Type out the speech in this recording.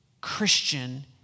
Christian